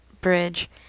bridge